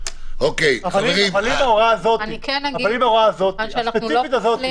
אבל אולי נכון שההוראה הספציפית הזאת,